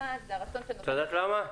האחד זה הרצון --- את יודעת למה?